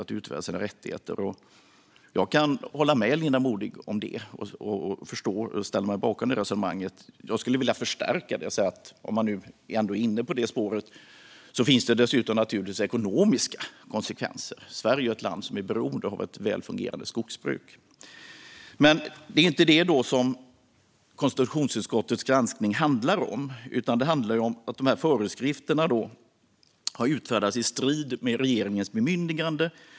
Gransknings-betänkande våren 2021Vissa frågor om regeringens ansvar för förvaltningen Jag kan hålla med Linda Modig om det och ställer mig bakom detta resonemang. Jag skulle vilja förstärka det och säga att om man ändå är inne på det spåret finns det dessutom naturligtvis ekonomiska konsekvenser. Sverige är ett land som är beroende av ett välfungerande skogsbruk. Men det är inte detta som konstitutionsutskottets granskning handlar om, utan det handlar om att dessa föreskrifter har utfärdats i strid med regeringens bemyndigande.